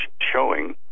showing